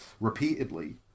repeatedly